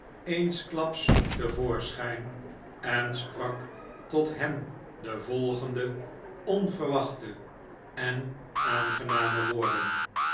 eensklaps te voorschijn en sprak tot hen de volgende onverwachte en aangename woorden